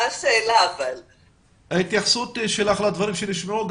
אשמח לשמוע את ההתייחסות שלך לדברים שנשמעו,